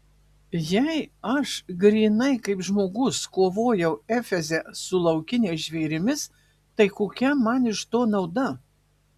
jei aš grynai kaip žmogus kovojau efeze su laukiniais žvėrimis tai kokia man iš to nauda